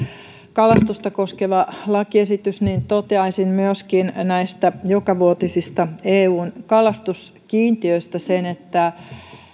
kalastusta koskeva lakiesitys niin toteaisin myöskin jokavuotisista eun kalastuskiintiöistä sen että